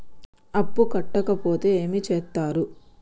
అప్పు కట్టకపోతే ఏమి చేత్తరు?